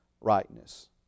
rightness